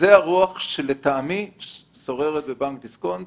זו הרוח ששוררת בבנק דיסקונט